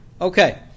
Okay